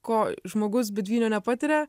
ko žmogus be dvynio nepatiria